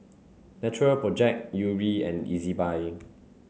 natural project Yuri and Ezbuy